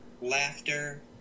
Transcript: laughter